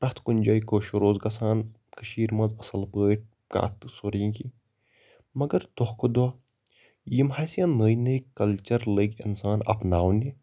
پرٛٮ۪تھ کُنہِ جایہِ کٲشُر اوس گَژھان کَشیٖرِ منٛز اَصٕل پٲٹھۍ کَتھ سورُے کینٛہہ مَگر دۄہ کھۄتہٕ دۄہ یِم حظ یِم نٔے نٔے کَلچَر لٔگۍ اِنسان اَپناونہِ